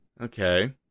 Okay